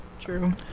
true